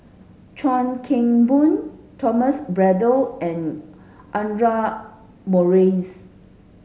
Chuan Keng Boon Thomas Braddell and Audra Morrice